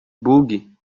bug